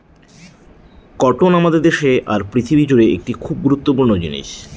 cotton আমাদের দেশে আর পৃথিবী জুড়ে একটি খুব গুরুত্বপূর্ণ জিনিস